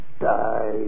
die